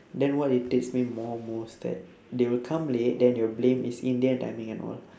then what irritates me more most that they will come late then they will blame is indian timing and all